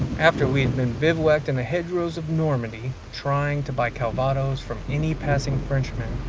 after we had been bivouacked in the hedgerows of normandy, trying to buy calvados from any passing frenchman,